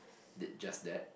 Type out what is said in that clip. did just that